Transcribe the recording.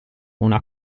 una